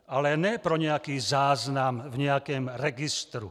Ale ne pro nějaký záznam v nějakém registru.